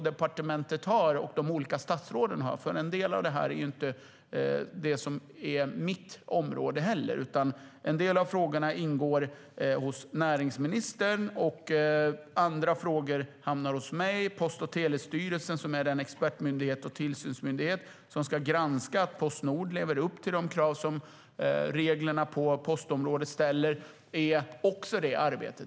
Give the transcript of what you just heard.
En del av detta är inte mitt område. En del av frågorna ingår i näringsministerns område, medan andra frågor hamnar hos mig. Post och telestyrelsen, som är den expert och tillsynsmyndighet som ska granska att Postnord lever upp till de krav som reglerna på postområdet ställer upp, är också med i det arbetet.